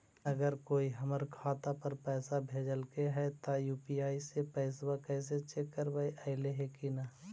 अगर कोइ हमर खाता पर पैसा भेजलके हे त यु.पी.आई से पैसबा कैसे चेक करबइ ऐले हे कि न?